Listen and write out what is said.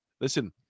listen